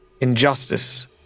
injustice